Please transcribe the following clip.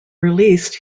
released